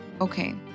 Okay